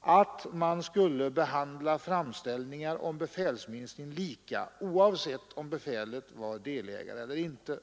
”att man skulle behandla framställningar om befälsminskning lika, oavsett om befälet var delägare eller inte”.